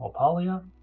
Opalia